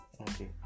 okay